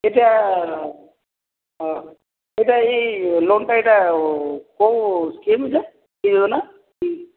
ଏଇଟା ଏଇଟା ଏଇ ଲୋନ୍ଟା ଏଇଟା କେଉଁ ସ୍କିମ୍ରେ ହୋଇଗଲା